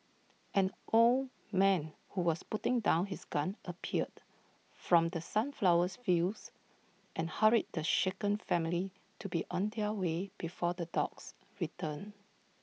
an old man who was putting down his gun appeared from the sunflower fields and hurried the shaken family to be on their way before the dogs return